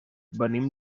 venim